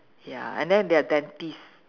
ya and then their dentists